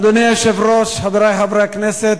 אדוני היושב-ראש, חברי חברי הכנסת,